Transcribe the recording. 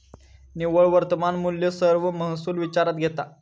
निव्वळ वर्तमान मुल्य सर्व महसुल विचारात घेता